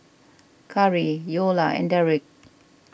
Khari Eola and Darrick